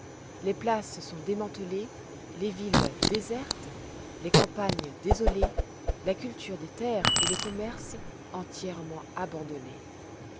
les places sont démantelées les villes désertes les campagnes désolées la culture des terres et le commerce entièrement abandonnés